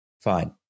Fine